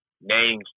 names